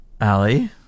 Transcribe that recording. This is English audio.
Allie